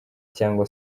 cyangwa